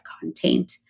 content